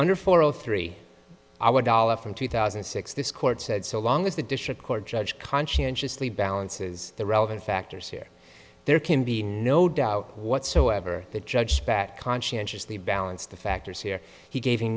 under four o three our dollar from two thousand and six this court said so long as the district court judge conscientiously balances the relevant factors here there can be no doubt whatsoever that judge back conscientiously balanced the factors here he gave